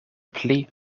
pli